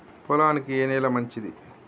పొలానికి ఏ నేల మంచిది?